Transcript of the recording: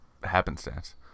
happenstance